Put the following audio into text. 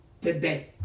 today